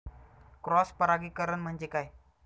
Cross परागीकरण म्हणजे काय?